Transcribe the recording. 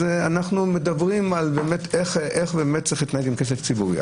אנחנו מדברים על איך שצריך להתנהג עם כסף ציבורי.